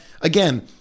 again